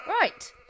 Right